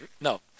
No